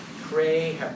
pray